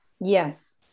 Yes